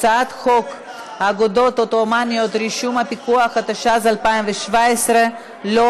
כשאתה עובר אחרי שעובר עליך הטרקטור של האגודה העות'מאנית של ההסתדרות.